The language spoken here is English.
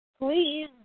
please